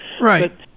Right